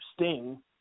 Sting